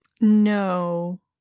no